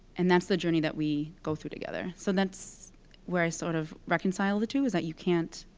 and that's the journey that we go through together. so that's where i sort of reconcile the two, is that you can't